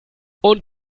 und